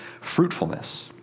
fruitfulness